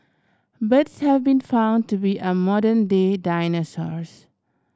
birds have been found to be our modern day dinosaurs